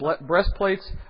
breastplates